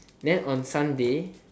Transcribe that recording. then on sunday